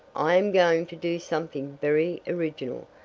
i am going to do something very original.